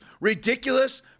ridiculous